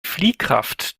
fliehkraft